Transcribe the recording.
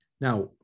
Now